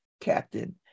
captain